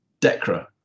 Decra